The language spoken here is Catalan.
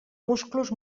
musclos